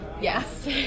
yes